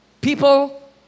people